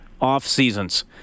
off-seasons